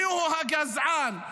מיהו הגזען?